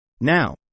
Now